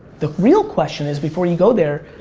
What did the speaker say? the real question is before you go there,